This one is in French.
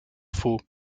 faux